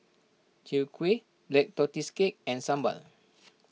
Chwee Kueh Black Tortoise Cake and Sambal